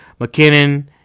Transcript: mckinnon